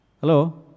Hello